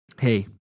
Hey